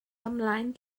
ymlaen